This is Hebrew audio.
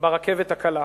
ברכבת הקלה,